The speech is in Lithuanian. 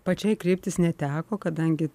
pačiai kreiptis neteko kadangi